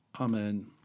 Amen